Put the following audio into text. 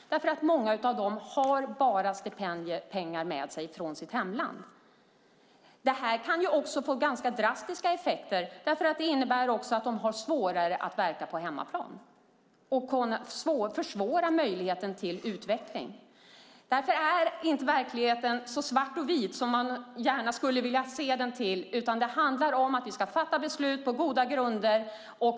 Många av dem har nämligen bara stipendiepengar med sig från sitt hemland. Det här kan få ganska drastiska effekter, för det innebär också att de har svårare att verka på hemmaplan, och det försvårar möjligheten till utveckling. Därför är inte verkligheten så svart och vit som vi gärna skulle vilja se den, utan det handlar om att vi ska fatta beslut på goda grunder.